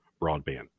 broadband